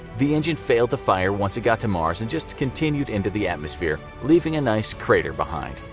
the engine failed to fire once it got to mars and just continued into the atmosphere, leaving a nice crater behind.